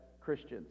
Christians